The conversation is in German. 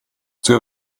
zur